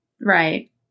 Right